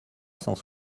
cent